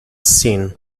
sin